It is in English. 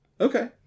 okay